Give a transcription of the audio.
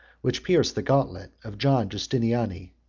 which pierced the gauntlet of john justiniani.